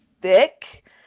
thick